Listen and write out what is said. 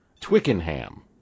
Twickenham